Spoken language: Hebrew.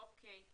אוקי.